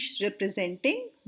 representing